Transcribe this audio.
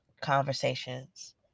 conversations